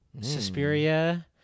Suspiria